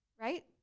right